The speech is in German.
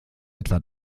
etwa